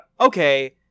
Okay